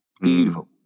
beautiful